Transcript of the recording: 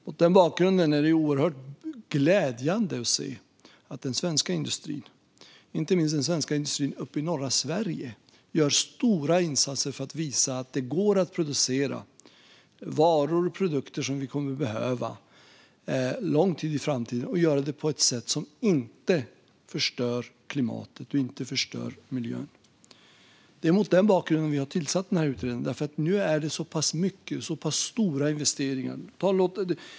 Mot den bakgrunden är det oerhört glädjande att se att den svenska industrin, inte minst i norra Sverige, gör stora insatser för att visa att det går att producera varor och produkter som vi kommer att behöva långt in i framtiden och göra det på ett sätt som inte förstör klimatet och miljön. Det är mot den bakgrunden vi har tillsatt utredningen. Nu är det fråga om så pass mycket och så pass stora investeringar.